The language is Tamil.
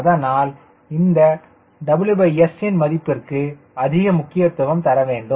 அதனால் இந்த WS ன் மதிப்பிற்கு அதிக முக்கியத்துவம் தர வேண்டும்